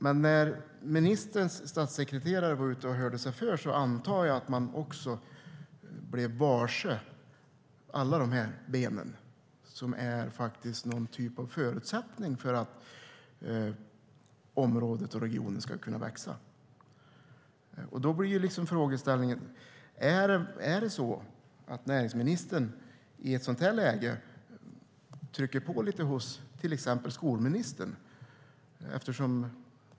Men när ministerns statssekreterare var ute och hörde sig för antar jag att man blev varse alla dessa ben, som är någon typ av förutsättning för att området och regionen ska kunna växa. Då blir frågeställningen: Är det så att näringsministern i ett sådant här läge trycker på lite hos till exempel skolministern?